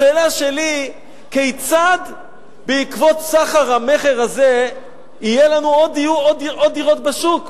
השאלה שלי: כיצד בעקבות הסחר-מכר הזה יהיו לנו עוד דירות בשוק?